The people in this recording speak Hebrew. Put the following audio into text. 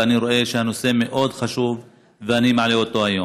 ואני רואה שהנושא מאוד חשוב ואני מעלה אותו היום.